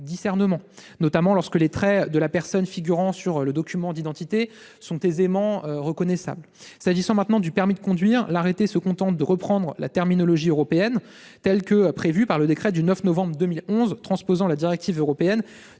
notamment lorsque les traits de la personne figurant sur le document d'identité sont aisément reconnaissables. En ce qui concerne le permis de conduire, l'arrêté se borne à reprendre la terminologie européenne prévue par le décret du 9 novembre 2011 transposant la directive européenne